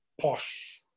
posh